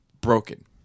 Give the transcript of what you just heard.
broken